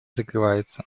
закрывается